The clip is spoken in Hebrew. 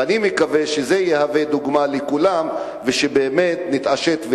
ואני מקווה שזה יהווה דוגמה לכולם ושבאמת נתעשת,